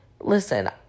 listen